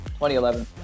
2011